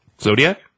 Zodiac